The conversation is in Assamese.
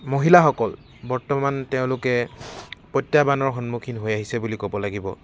মহিলাসকল বৰ্তমান তেওঁলোকে প্ৰত্যাহ্বানৰ সন্মুখীন হৈ আহিছে বুলি ক'ব লাগিব